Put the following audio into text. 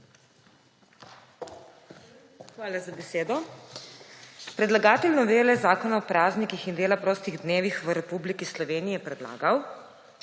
Hvala za besedo. Predlagatelj novele Zakona o praznikih in dela prostih dnevih v Republiki Sloveniji je predlagal,